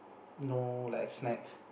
no like snacks